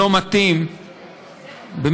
שלא מתאים באמת,